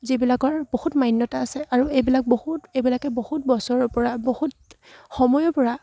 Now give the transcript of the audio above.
যিবিলাকৰ বহুত মান্যতা আছে আৰু এইবিলাক বহুত এইবিলাকে বহুত বছৰৰ পৰা বহুত সময়ৰ পৰা